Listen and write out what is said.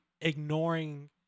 ignoring